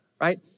Right